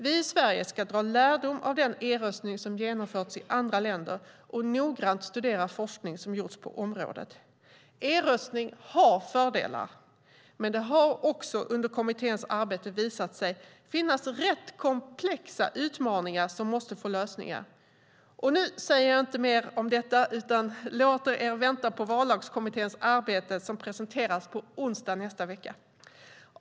Vi i Sverige ska dra lärdom av den e-röstning som genomförts i andra länder och noggrant studera forskning som gjorts på området. E-röstning har fördelar, men det har också under kommitténs arbete visat sig finnas rätt komplexa utmaningar som måste få lösningar. Nu säger jag inte mer om detta utan låter er vänta på Vallagskommitténs arbete, som presenteras på onsdag i nästa vecka.